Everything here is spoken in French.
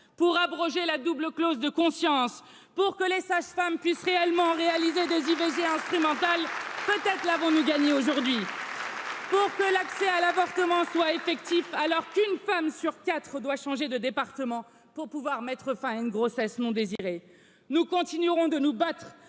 pour abroger la double clause de conscience pour que les sages femmes puissent réellement réaliser des I V G instrumentales l'avons nous gagné aujourd'hui pour que l'accès à l'avortement soit effectif alors qu'une femme sur quatre doit changer de département pour pouvoir mettre fin à une grossesse non désirée, Nous continuerons de nous battre